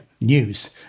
News